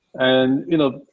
and, you know,